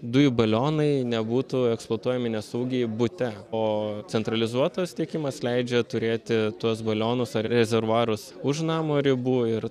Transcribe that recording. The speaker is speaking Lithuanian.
dujų balionai nebūtų eksploatuojami nesaugiai bute o centralizuotas tiekimas leidžia turėti tuos balionus ar rezervuarus už namo ribų ir